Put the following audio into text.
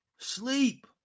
Sleep